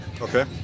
Okay